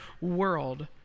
world